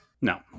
No